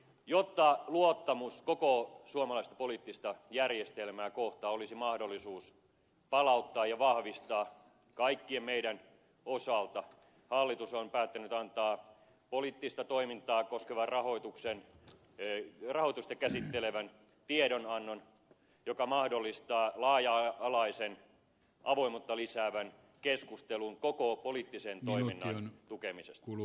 jotta luottamus koko suomalaista poliittista järjestelmää kohtaan olisi mahdollista palauttaa ja vahvistaa kaikkien meidän osalta hallitus on päättänyt antaa poliittista toiminta koskevaa rahoitusta käsittelevän tiedonannon joka mahdollistaa laaja alaisen avoimuutta lisäävän keskustelun koko poliittisen toiminnan tukemisesta